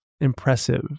impressive